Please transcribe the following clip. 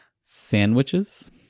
Sandwiches